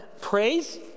praise